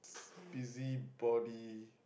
busybody